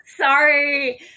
sorry